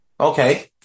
Okay